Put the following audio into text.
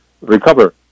recover